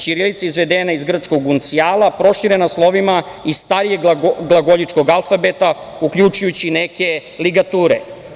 Ćirilica je izvedena iz grčkog uncijala, proširena slovima iz starijeg glagoljičkog alfabeta, uključujući neke ligature.